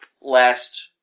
last